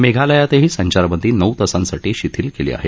मेघालयातही संचारबंदी नऊ तासांसाठी शिथिल केली आहे